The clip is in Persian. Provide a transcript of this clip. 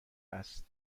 است